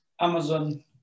Amazon